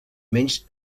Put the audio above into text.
menys